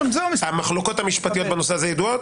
המחלוקות המשפטיות בנושא הזה ידועות.